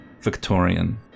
Victorian